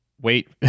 wait